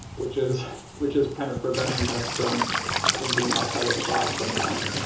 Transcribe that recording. which is which is kind of preventing us from thinking outside of the box sometimes.